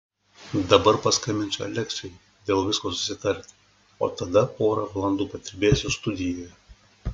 dabar paskambinsiu aleksiui dėl visko susitarti o tada porą valandų padirbėsiu studijoje